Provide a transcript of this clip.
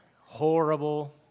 horrible